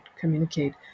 communicate